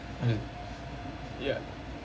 ya